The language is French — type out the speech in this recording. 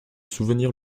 souvenir